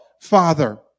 Father